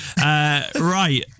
right